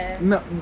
No